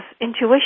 intuition